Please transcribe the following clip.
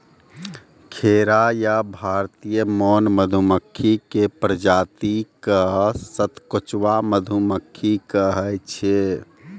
खैरा या भारतीय मौन मधुमक्खी के प्रजाति क सतकोचवा मधुमक्खी कहै छै